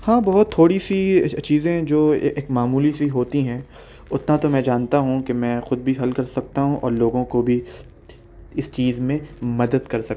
ہاں بہت تھوڑی سی چیزیں جو ایک معمولی سی ہوتی ہیں اتنا تو میں جانتا ہوں کہ میں خود بھی حل کر سکتا ہوں اور لوگوں کو بھی اس چیز میں مدد کر سکھ